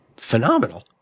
Phenomenal